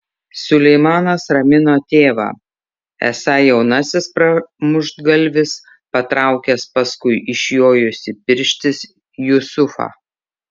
suleimanas ramino tėvą esą jaunasis pramuštgalvis patraukęs paskui išjojusį pirštis jusufą